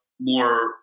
more